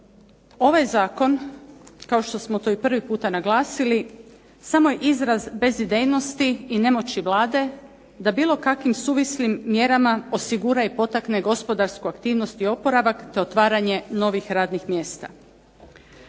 ovaj zakon kao što smo to i prvi puta naglasili samo je izraz bezidejnosti i nemoći Vlade da bilo kakvim suvislim mjerama osigura i potakne gospodarsku aktivnosti i oporavak, te otvaranje novih radnih mjesta.